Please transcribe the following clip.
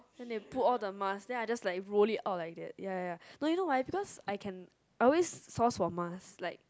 then they put all the mask then I just like roll it out like that ya ya you know why because I can I always source for mask like